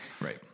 right